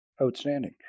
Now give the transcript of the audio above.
Outstanding